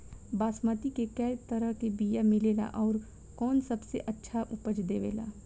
बासमती के कै तरह के बीया मिलेला आउर कौन सबसे अच्छा उपज देवेला?